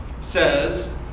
says